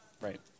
Right